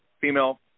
female